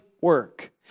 work